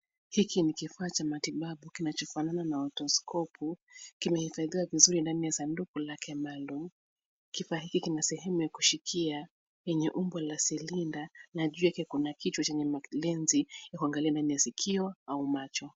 Hiki ni fifaa cha matibabu kinachofahamiwa na otoskopu. Kimehifadhiwa vizuri ndani ya sanduku lake maalum. Kifaa hiki kina shemu ya kushikia lenye umbo la cylinder na juu yake kuna kichwa chenye lensi ya kuangalia ndani ya sikio au macho.